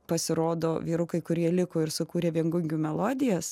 pasirodo vyrukai kurie liko ir sukūrė viengungių melodijas